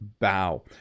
bow